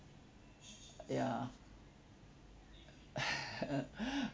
ya